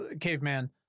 caveman